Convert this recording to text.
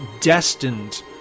destined